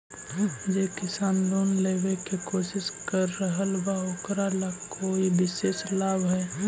जे किसान लोन लेवे के कोशिश कर रहल बा ओकरा ला कोई विशेष लाभ हई?